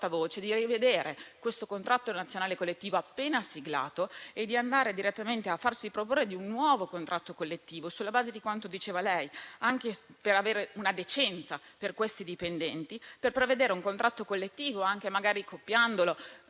di rivedere il contratto nazionale collettivo appena siglato e di farsi direttamente promotore di un nuovo contratto collettivo sulla base di quanto diceva, anche per la decenza di questi dipendenti, per prevedere un contratto collettivo, anche magari copiandolo